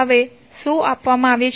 હવે શું આપવામાં આવ્યું છે